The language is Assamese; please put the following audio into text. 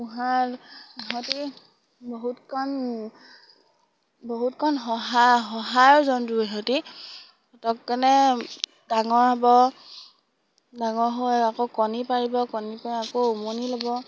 পোহাৰ সিহঁতি বহুতকণ বহুতকণ সহায় সহায়ৰ জন্তু সিহঁতি পটককেনে ডাঙৰ হ'ব ডাঙৰ হৈ আকৌ কণী পাৰিব কণী পৰে আকৌ উমনি ল'ব